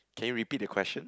can you repeat the question